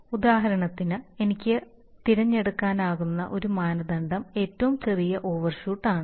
ഉദാഹരണത്തിന് എനിക്ക് തിരഞ്ഞെടുക്കാനാകുന്ന ഒരു മാനദണ്ഡം ഏറ്റവും ചെറിയ ഓവർഷൂട്ട് ആണ്